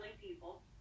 people